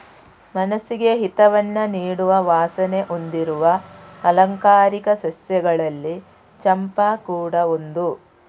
ಮನಸ್ಸಿಗೆ ಹಿತವನ್ನ ನೀಡುವ ವಾಸನೆ ಹೊಂದಿರುವ ಆಲಂಕಾರಿಕ ಸಸ್ಯಗಳಲ್ಲಿ ಚಂಪಾ ಕೂಡಾ ಒಂದು